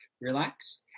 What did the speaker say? relax